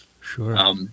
Sure